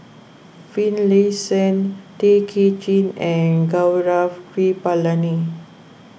Finlayson Tay Kay Chin and Gaurav Kripalani